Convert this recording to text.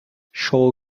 show